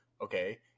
Okay